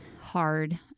hard